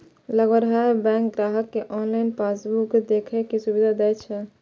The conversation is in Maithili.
लगभग हर बैंक ग्राहक कें ऑनलाइन पासबुक देखै के सुविधा दै छै